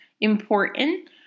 important